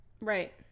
Right